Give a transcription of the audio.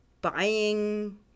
buying